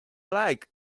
like